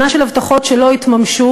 שנה של הבטחות שלא התממשו,